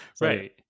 Right